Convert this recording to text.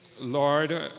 Lord